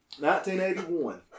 1981